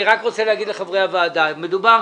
אני רק רוצה להגיד לחברי הוועדה, מדובר